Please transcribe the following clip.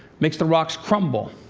makes the rocks crumble,